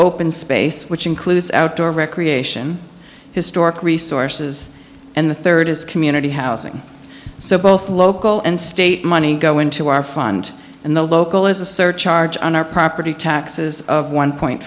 open space which includes outdoor recreation historic resources and the third is community housing so both local and state money go into our fund and the local is a surcharge on our property taxes of one point